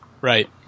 Right